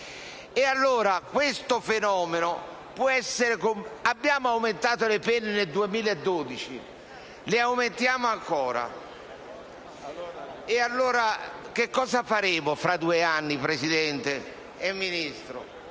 Abbiamo aumentato le pene nel 2012 e le aumentiamo ancora: cosa faremo fra due anni, signor Presidente e signor